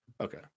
Okay